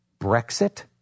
Brexit